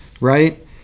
right